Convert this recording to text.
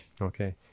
Okay